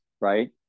right